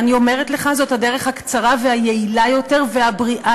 ואני אומרת לך: זו הדרך הקצרה והיעילה יותר והבריאה